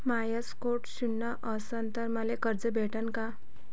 माया score शून्य असन तर मले कर्ज भेटन का?